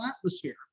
atmosphere